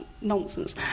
nonsense